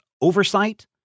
oversight